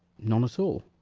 none at all.